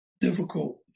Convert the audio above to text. difficult